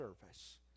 service